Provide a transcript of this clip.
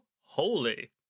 holy